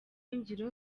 ngiro